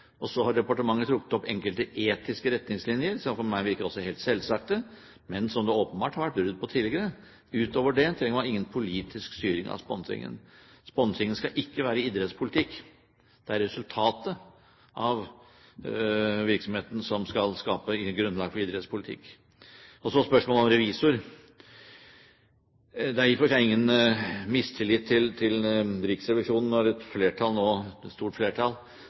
har så trukket opp enkelte etiske retningslinjer som for meg også virker helt selvsagte, men som det åpenbart har vært brudd på tidligere. Utover det trenger man ingen politisk styring av sponsingen. Sponsing skal ikke være idrettspolitikk, det er resultatet av virksomheten som skal skape og gi grunnlag for idrettspolitikk. Så spørsmålet om revisor. Det er i og for seg ingen mistillit til Riksrevisjonen når et flertall, et stort flertall,